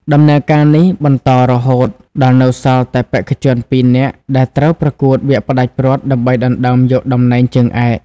ដំណើរការនេះបន្តរហូតដល់នៅសល់តែបេក្ខជនពីរនាក់ដែលត្រូវប្រកួតវគ្គផ្ដាច់ព្រ័ត្រដើម្បីដណ្ដើមយកតំណែងជើងឯក។